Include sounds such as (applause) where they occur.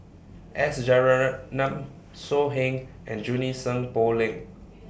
S (unintelligible) So Heng and Junie Sng Poh Leng